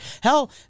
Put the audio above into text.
Hell